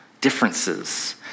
differences